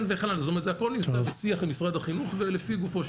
זאת אומרת זה הכל נמצא בשיח עם משרד החינוך ולפי גופו של ענין.